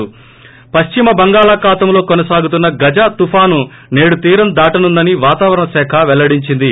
ప్ర పక్సిమ బంగాళాఖాతంలో కొనసాగుతున్న గజ తుపాను నేడు తీరం దాటనుందని వాతావరణ శాఖ పెల్లడించింది